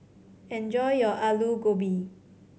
enjoy your Alu Gobi